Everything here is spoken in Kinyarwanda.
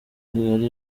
kigali